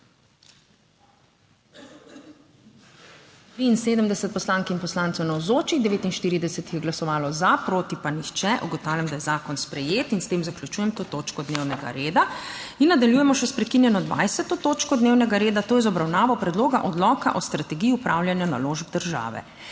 je glasovalo za, proti pa nihče. (Za je glasovalo 49.) (Proti nihče.) Ugotavljam, da je zakon sprejet. S tem zaključujem to točko dnevnega reda. Nadaljujemo še s prekinjeno 20. točko dnevnega reda, to je z obravnavo Predloga odloka o strategiji upravljanja naložb države.